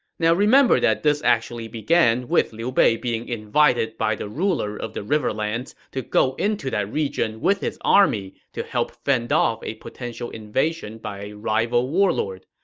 now, remember that this actually began with liu bei being invited by the ruler of the riverlands to go into that region with his army to help fend off a potential invasion by a rival warlord.